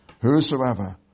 Whosoever